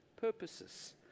purposes